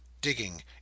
digging